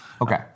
Okay